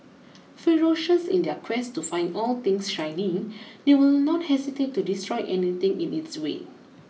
ferocious in their quest to find all things shiny they will not hesitate to destroy anything in its way